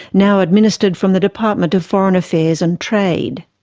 now administered from the department of foreign affairs and trade?